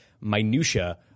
minutia